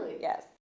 Yes